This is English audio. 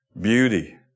beauty